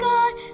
God